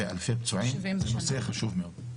זה נושא חשוב מאוד.